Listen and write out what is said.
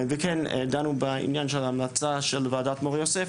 וכן דנו בעניין של המלצה של ועדת מור-יוסף